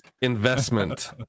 investment